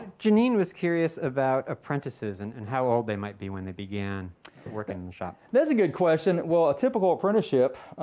janine was curious about apprentices and and how old they might be when they began working in the shop. that's a good question. well, a typical apprenticeship,